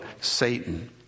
Satan